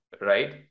right